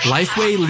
Lifeway